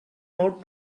note